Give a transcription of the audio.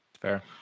Fair